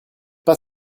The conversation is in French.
pas